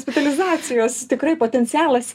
specializacijos tikrai potencialas